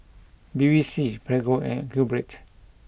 Bevy C Prego and QBread